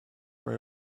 were